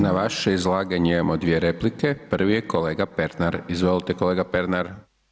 Na vaše izlaganje imamo 2 replike, prvi je kolega Pernar, izvolite kolega Pernar.